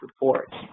reports